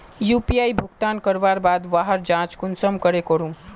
UPI भुगतान करवार बाद वहार जाँच कुंसम करे करूम?